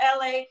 LA